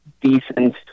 decent